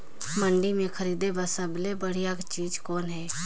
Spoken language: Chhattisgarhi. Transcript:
मंडी म खरीदे बर सब्बो ले बढ़िया चीज़ कौन हे?